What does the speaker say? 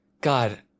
God